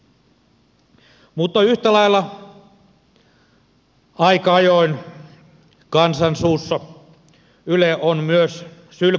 mutta yhtä lailla aika ajoin kansan suussa yle on myös sylkykuppi